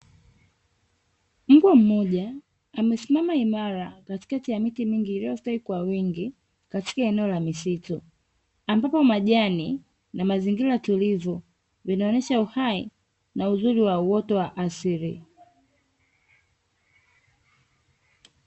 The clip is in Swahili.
Mbwa mmoja amesimama imara katikati ya miti mingi iliyostawi kwa wingi katika eneo la misitu, ambapo majani na mazingira tulivu vinaonyesha uhai na uzuri wa uoto wa asili.